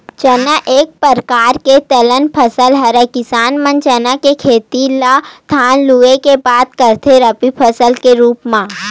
चना एक परकार के दलहन फसल हरय किसान मन चना के खेती ल धान लुए के बाद करथे रबि फसल के रुप म